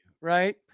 Right